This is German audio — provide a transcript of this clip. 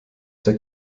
der